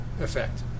effect